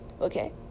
Okay